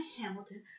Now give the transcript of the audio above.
Hamilton